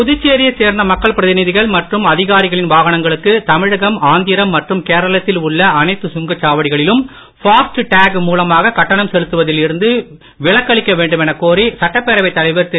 புதுச்சேரியைச் சேர்ந்த மக்கள் பிரதிநிதிகள் மற்றும் அதிகாரிகளின் வாகனங்களுக்கு தமிழகம் ஆந்திரம் மற்றும் கேரளத்தில் உள்ள அனைத்து சுங்கச் சாவடிகளிலும் பாஸ்ட் டேக் மூலமாக கட்டணம் செலுத்துவதில் இருந்து விலக்களிக்க சட்டப்பேரவைத் தலைவர் திரு